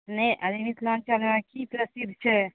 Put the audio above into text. नहि अभी मिथिलाञ्चलमे की प्रसिद्ध छै